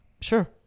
Sure